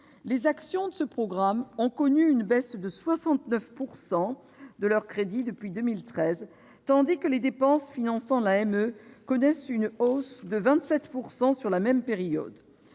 Les actions de ce programme ont connu une baisse de 69 % de leurs crédits depuis 2013, tandis que les dépenses finançant l'AME connaissent une hausse de 27 % sur la même période.